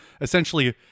Essentially